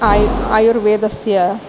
आयु आयुर्वेदस्य